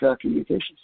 communications